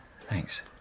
Thanks